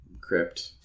crypt